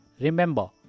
Remember